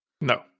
No